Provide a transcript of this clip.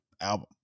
album